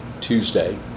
Tuesday